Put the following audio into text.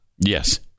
Yes